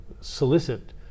solicit